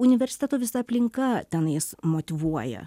universiteto visa aplinka tenais motyvuoja